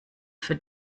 für